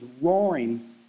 roaring